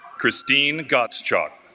christine gottschalk,